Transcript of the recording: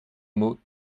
mot